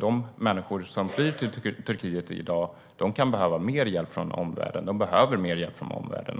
De människor som flyr till Turkiet i dag behöver mer hjälp från omvärlden,